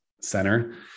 center